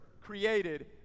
created